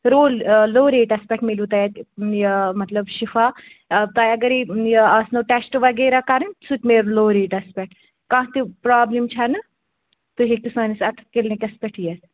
role low rates پٮ۪ٹھ میلو تۄہہِ اَتہِ یہِ مطلب شِفا تۄہہِ اَگرے یہِ آسنو ٹیٚسٹ وغیرہ کَرٕنۍ سُہ تہِ میلو لو ریٹَس پٮ۪ٹھ کانٛہہ تہِ پرٛابلِم چھَ نہٕ تُہۍ ہیٚکِو سٲنِس اَتھ کِلنِکَس پٮ۪ٹھ یِتھ